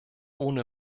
ohne